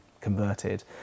converted